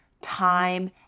time